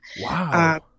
Wow